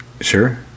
Sure